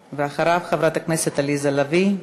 ואחריו, חברת הכנסת עליזה לביא.